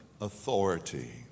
authority